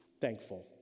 thankful